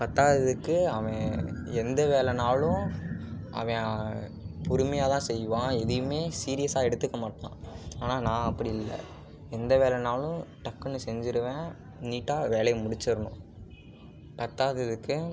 பத்தாததுக்கு அவன் எந்த வேலைனாலும் அவன் பொறுமையாக தான் செய்வான் எதையுமே சீரியஸ்ஸாக எடுத்துக்க மாட்டான் ஆனால் நான் அப்படி இல்லை எந்த வேலைனாலும் டக்குன்னு செஞ்சிடுவேன் நீட்டாக வேலையை முடிச்சிடணும் பத்தாததுக்கு